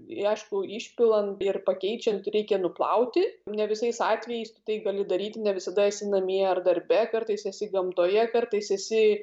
i aišku išpilant ir pakeičiant reikia nuplauti ne visais atvejais tu tai gali daryti ne visada esi namie ar darbe kartais esi gamtoje kartais esi